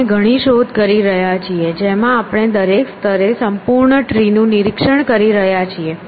આપણે ઘણી શોધ કરી રહ્યા છીએ જેમાં આપણે દરેક સ્તરે સંપૂર્ણ ટ્રી નું નિરીક્ષણ કરી રહ્યા છીએ